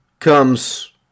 Comes